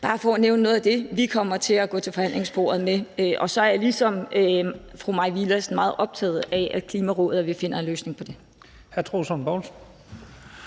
bare at nævne noget af det, som vi kommer til at gå til forhandlingsbordet med. Og så er jeg ligesom fru Mai Villadsen meget optaget af, at Klimarådet og vi finder en løsning på det.